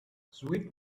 sweet